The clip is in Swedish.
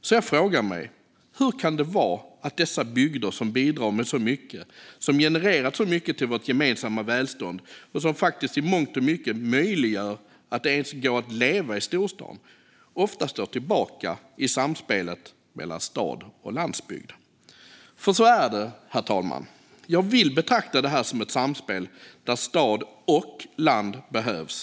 Så jag frågar mig: Hur kan det vara att dessa bygder som bidrar med så mycket, som genererat så mycket till vårt gemensamma välstånd och som faktiskt i mångt och mycket möjliggör att det ens går att leva i storstan ofta får stå tillbaka i samspelet mellan stad och landsbygd? För så är det, herr talman. Jag vill betrakta detta som ett samspel där både stad och land behövs.